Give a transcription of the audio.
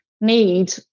need